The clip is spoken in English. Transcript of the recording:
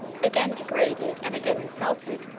again degraded, and again insulted,